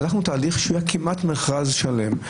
הלכנו בתהליך שהוא היה כמעט מכרז שלם.